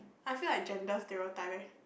I feel like gender stereotype eh